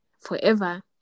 forever